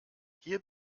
hier